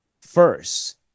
first